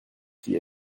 qui